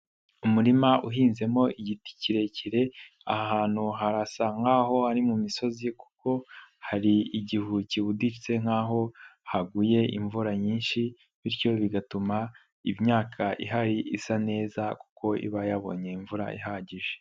Umurima uhinzemo igiti kirekire aha hantu harasa nkaho ari mu misozi kuko hari igihu kibuditse nkaho haguye imvura nyinshi, bityo bigatuma imyaka ihari isa neza kuko iba yabonye imvura ihagije.